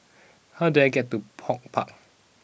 how do I get to HortPark